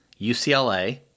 UCLA